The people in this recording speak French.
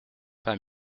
pas